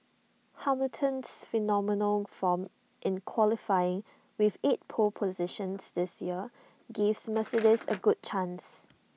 Hamilton's phenomenal form in qualifying with eight pole positions this year gives Mercedes A good chance